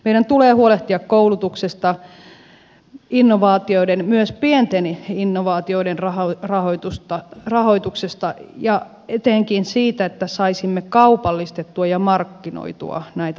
meidän tulee huolehtia koulutuksesta innovaatioiden myös pienten innovaatioiden rahoituksesta ja etenkin siitä että saisimme kaupallistettua ja markkinoitua näitä innovaatioita